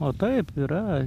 o taip yra